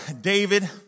David